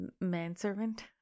manservant